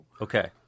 okay